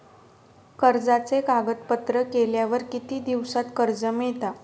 कर्जाचे कागदपत्र केल्यावर किती दिवसात कर्ज मिळता?